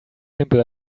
simple